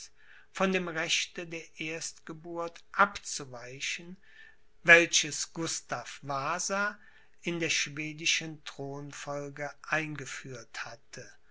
von dem recht der erstgeburt abzuweichen welches gustav wasa in der schwedischen thronfolge eingeführt hatte